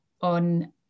on